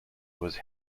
was